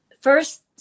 first